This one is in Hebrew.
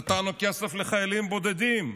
נתנו כסף לחיילים בודדים.